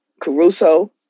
Caruso